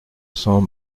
cents